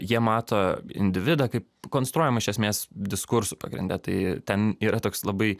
jie mato individą kaip konstruojamą iš esmės diskursų pagrinde tai ten yra toks labai